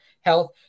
health